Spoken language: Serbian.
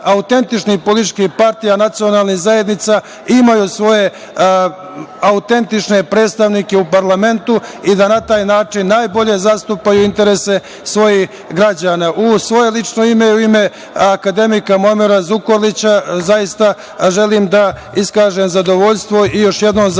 autentičnih političkih partija nacionalnih zajednica imaju svoje autentične predstavnike u parlamentu i da na taj način najbolje zastupaju interese svojih građana.U svoje lično ime i u ime akademika, Muamera Zukorlića, zaista želim da iskažem zadovljstvo i još jednom zahvalnost